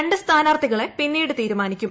രണ്ട് സ്ഥാനാർത്ഥികളെ പിന്നീട് തീരുമാനിക്കും